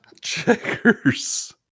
Checkers